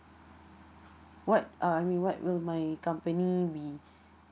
what uh I mean what will my company be